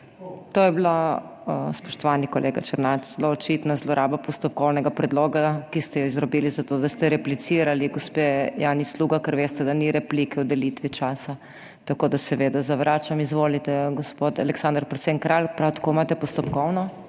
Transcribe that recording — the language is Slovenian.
To je bila, spoštovani kolega Černač, zelo očitna zloraba postopkovnega predloga, ki ste jo izrabili zato, da ste replicirali gospe Janji Sluga, ker veste, da ni replike o delitvi časa, tako da seveda zavračam. Izvolite, gospod Aleksander Prosen Kralj, prav tako imate postopkovno?